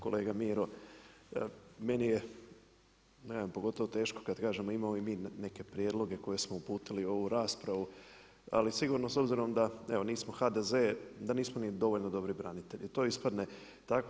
Kolega Miro, meni je pogotovo teško kada kažem imamo i mi neke prijedloge koje smo uputili u ovu raspravu ali sigurno s obzirom da evo nismo HDZ da nismo ni dovoljno dobri branitelji, to ispadne tako.